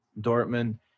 Dortmund